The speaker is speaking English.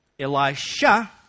Elisha